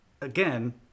again